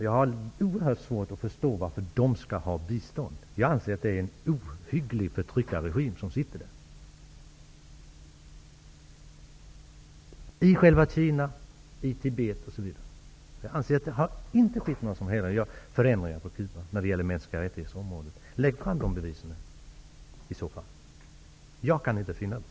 Jag har oerhört svårt att förstå varför det landet skall få bistånd. Jag anser att där finns en ohygglig förtryckarregim i Kina och Tibet. Jag anser inte att det har skett några förändringar när de gäller mänskliga rättigheter på Cuba. Lägg fram bevisen! Jag kan inte finna dem.